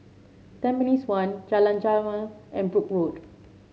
Tampines One Jalan Jamal and Brooke Road